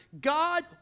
God